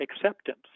acceptance